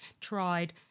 tried